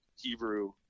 hebrew